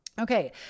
Okay